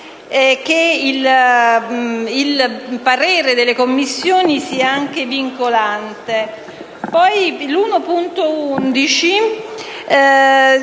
che il parere delle Commissioni sia anche vincolante.